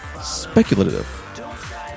speculative